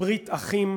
ברית אחים,